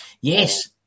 Yes